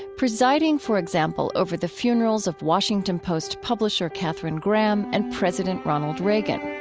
presiding, for example, over the funerals of washington post publisher katharine graham and president ronald reagan.